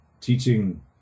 teaching